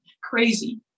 Crazy